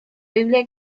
biblia